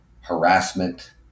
harassment